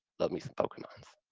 love me some pokemons.